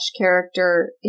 character